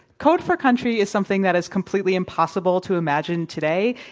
code for country is something that is completely impossible to imagine today.